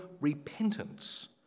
repentance